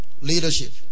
Leadership